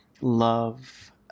love